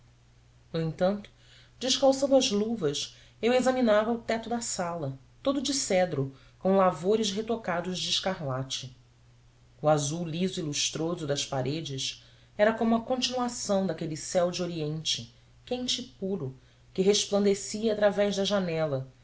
no entanto descalçando as luvas eu examinava o teto da sala todo de cedro com lavores retocados de escarlate o azul liso e lustroso das paredes era como a continuação daquele céu do oriente quente e puro que resplandecia através da janela